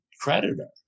creditor